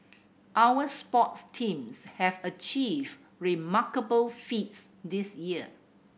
our sports teams have achieved remarkable feats this year